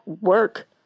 work